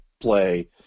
play